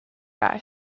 guy